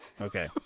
Okay